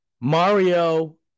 Mario